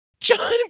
John